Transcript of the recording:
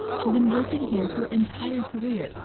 she's been working here her entire career,